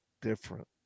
different